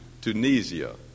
Tunisia